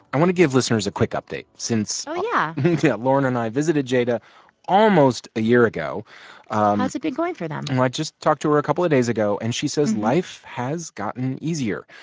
i want to give listeners a quick update since. oh, yeah yeah. lauren and i visited jada almost a year ago how's it been going for them? well, i just talked to her a couple of days ago. and she says life has gotten easier.